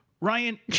Ryan